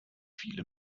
viele